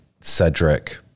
Cedric